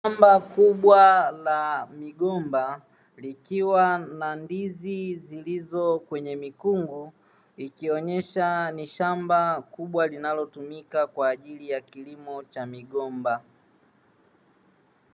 Shamba kubwa la migomba likiwa na ndizi zilizo kwenye mikungu ikionyesha ni shamba kubwa linalotumika kwaajili ya kilimo cha migomba.